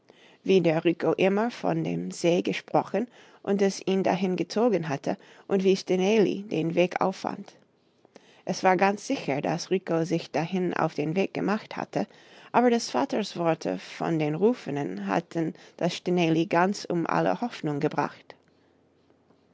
wie der rico immer von dem see gesprochen und es ihn dahin gezogen hatte und wie stineli den weg auffand es war ganz sicher daß rico sich dahin auf den weg gemacht hatte aber des vaters worte von den rüfenen hatten das stineli ganz um alle hoffnung gebracht